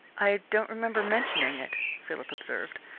i don't remember mentioning it, philip observed,